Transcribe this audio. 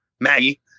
Maggie